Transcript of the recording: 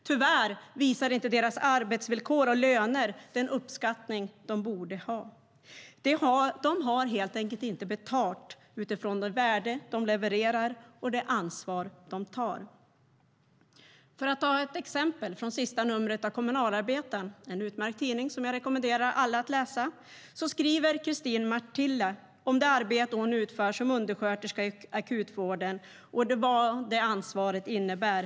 Tyvärr visar inte deras arbetsvillkor och löner den uppskattning de borde ha. De har helt enkelt inte betalt utifrån det värde de levererar och det ansvar de tar. Jag kan ge ett exempel från senaste numret av Kommunalarbetaren, en utmärkt tidning som jag rekommenderar alla att läsa. Christine Martilla skriver om det arbete hon utför som undersköterska i akutvården och vad det ansvaret innebär.